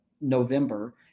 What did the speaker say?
November